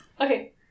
Okay